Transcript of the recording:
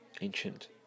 ancient